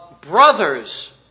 brothers